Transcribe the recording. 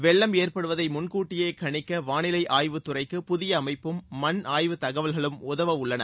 வெள்ளம் ஏற்படுவதை முன்கூட்டியே கணிக்க வாளிலை ஆய்வுத்துறைக்கு புதிய அமைப்பும் மண் ஆய்வு தகவல்களும் உதவ உள்ளன